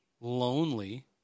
lonely